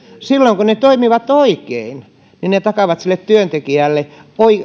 silloin kun ne toimivat oikein ne takaavat sille työntekijälle